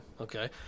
Okay